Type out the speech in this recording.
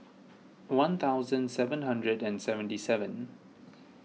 one thousand seven hundred and seventy seven